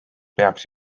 peaks